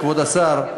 כבוד השר,